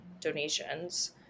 donations